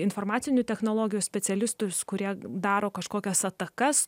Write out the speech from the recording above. informacinių technologijų specialistų kurie daro kažkokias atakas